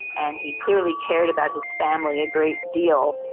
and he clearly cared about his family a great deal,